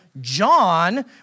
John